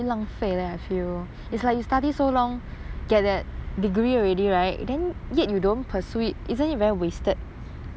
ya actually err it's true lah but I feel